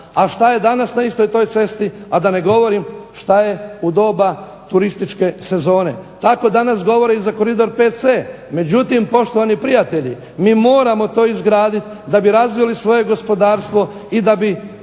A što je danas na istoj toj cesti, a da ne govorim što je u doba turističke sezone. Tako danas govore i za Koridor VC, međutim poštovani prijatelji mi moramo to izgraditi da bi razvili svoje gospodarstvo i da bi